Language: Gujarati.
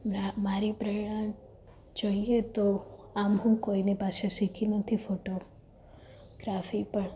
મારી પ્રેરણા જોઈએ તો આમ હું કોઈને પાસે શીખી નથી ફોટો ગ્રાફી પણ